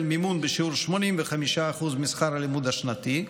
מימון בשיעור 85% משכר הלימוד השנתי,